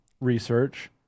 research